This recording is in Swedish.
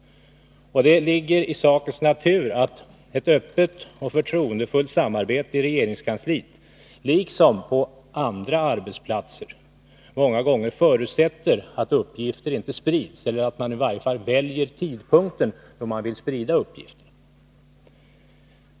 Det ligger i sakens natur att ett öppet och förtroendefullt samarbete i regeringskansliet, liksom på andra arbetsplatser, många gånger förutsätter att uppgifter inte sprids eller att man i varje fall väljer tidpunkten då man vill sprida uppgiften.